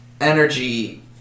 Energy